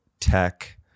tech